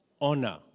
honor